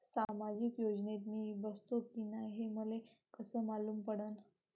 सामाजिक योजनेत मी बसतो की नाय हे मले कस मालूम पडन?